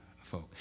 folk